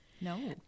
No